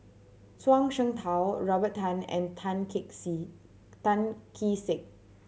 Zhuang Shengtao Robert Tan and Tan Kee Sek